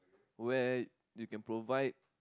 where you can provide